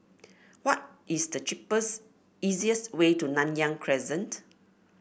what is the cheapest easiest way to Nanyang Crescent